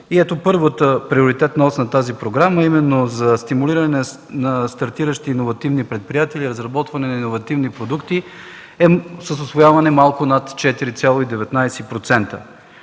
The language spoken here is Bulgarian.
и ето, първата приоритетна ос на тази програма, а именно за стимулиране на стартиращи иновативни предприятия и разработване на иновативни продукти, е с усвояване малко над 4,19%.